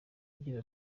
agira